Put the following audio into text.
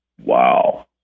Wow